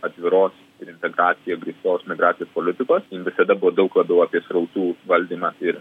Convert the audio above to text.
atviros ir integracija grįstos migracijos politikos bet tada buvo daug labiau apie srautų valdymą ir